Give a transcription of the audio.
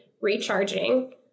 recharging